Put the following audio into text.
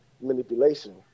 manipulation